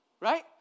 right